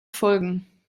folgen